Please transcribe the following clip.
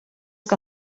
que